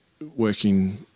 working